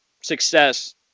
success